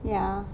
ya